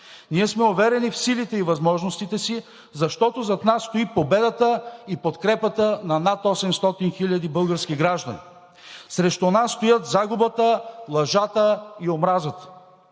Ние сме уверени в силите и възможностите си, защото зад нас стои победата и подкрепата на над 800 хиляди български граждани. Срещу нас стоят загубата, лъжата и омразата.